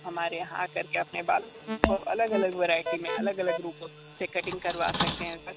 हमारे यहां आकर के अपने बालों को अलग अलग वेरायटी में अलग अलग रूपों से कटिंग करवा सकते हैं सर